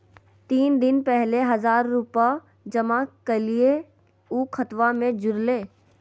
तीन दिन पहले हजार रूपा जमा कैलिये, ऊ खतबा में जुरले?